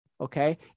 okay